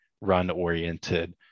run-oriented